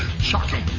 Shocking